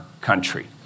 country